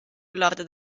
lord